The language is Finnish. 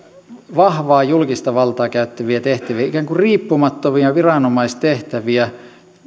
vahvaa julkista valtaa käyttäviä tehtäviä ikään kuin riippumattomia viranomaistehtäviä